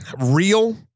real